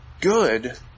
good